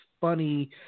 funny